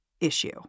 issue